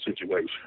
situation